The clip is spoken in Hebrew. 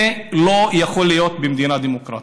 זה לא יכול להיות במדינה דמוקרטית.